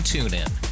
TuneIn